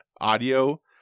audio